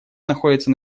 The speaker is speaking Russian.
находится